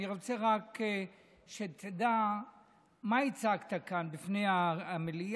אני רוצה רק שתדע מה הצגת כאן בפני המליאה,